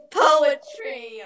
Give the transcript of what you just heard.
poetry